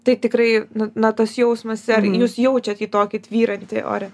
tai tikrai na na tas jausmas ar jūs jaučiat jį tokį tvyrantį ore